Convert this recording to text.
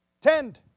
tend